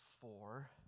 four